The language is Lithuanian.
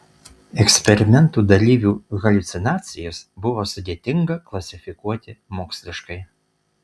eksperimento dalyvių haliucinacijas buvo sudėtinga klasifikuoti moksliškai